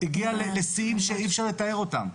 הגיעה לשיאים שאי אפשר לתאר אותם.